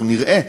אנחנו נראה,